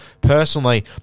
Personally